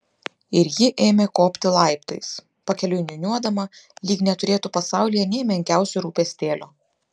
ir ji ėmė kopti laiptais pakeliui niūniuodama lyg neturėtų pasaulyje nė menkiausio rūpestėlio